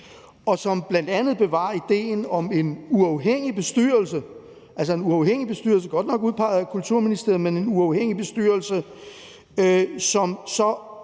og som bl.a. bevarer idéen om en uafhængig bestyrelse – godt nok en bestyrelse udpeget af Kulturministeriet, men en uafhængig bestyrelse – som så